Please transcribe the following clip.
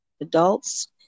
adults